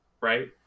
right